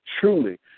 Truly